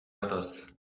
others